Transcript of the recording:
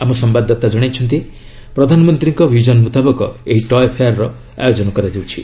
ଆମ ସମ୍ବାଦଦାତା କ୍ଷଣାଇଛନ୍ତି ପ୍ରଧାନମନ୍ତ୍ରୀଙ୍କ ବିଜନ ମୁତାବକ ଏହି ଟୟେ ଫେୟାର୍ର ଆୟୋଜନ କରାଯାଉଛି